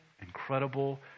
incredible